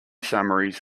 summaries